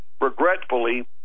regretfully